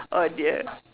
oh dear